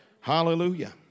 Hallelujah